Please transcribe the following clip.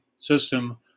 system